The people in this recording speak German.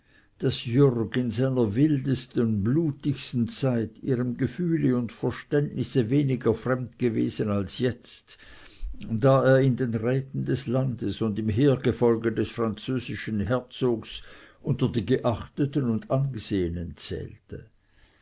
wildesten blutigsten zeit ihrem gefühle und verständnisse weniger fremd gewesen als jetzt da er in den räten des landes und im heergefolge des französischen herzogs unter die geachteten und angesehenen zählte